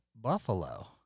buffalo